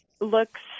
looks